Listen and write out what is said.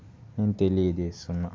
నేను తెలియజేస్తున్నాను